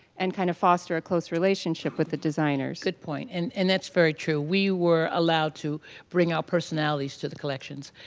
and kind of foster a close relationship with the designers. good point. and, and that's very true. we were allowed to bring our personalities to the collections,